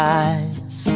eyes